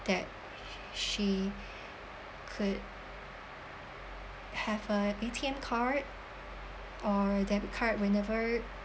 that she could have a A_T_M card or debit card whenever